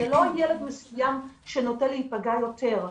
זה לא ילד מסוים שנוטה להיפגע יותר.